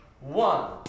One